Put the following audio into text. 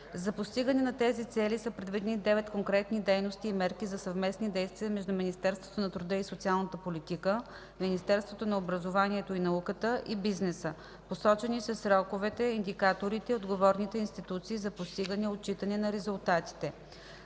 За постигане на тези цели са предвидени 9 конкретни дейности и мерки за съвместни действия между Министерството на труда и социалната политика, Министерството на образованието и науката и бизнеса. Посочени са сроковете, индикаторите и отговорните институции за постигане и отчитане на резултатите.